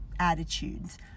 attitudes